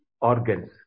organs